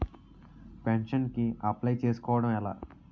Pension కి apply చేసుకోవడం ఎలా?